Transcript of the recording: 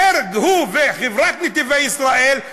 הוא וחברת "נתיבי ישראל",